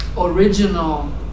original